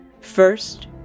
First